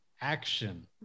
Action